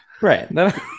Right